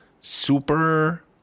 super